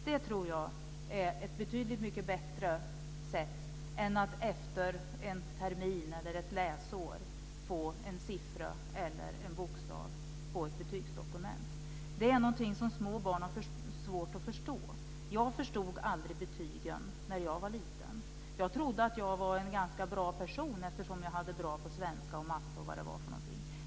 Det tror jag är ett betydligt mycket bättre sätt än att efter en termin eller ett läsår få en siffra eller en bokstav i ett betygsdokument, för det är något som små barn har svårt att förstå. Jag förstod aldrig betygen när jag var liten. Jag trodde att jag var en ganska bra person eftersom jag hade bra betyg i svenska, matematik och vad det nu var.